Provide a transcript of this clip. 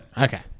Okay